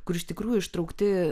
kur iš tikrųjų ištraukti